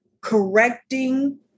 correcting